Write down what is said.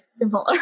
similar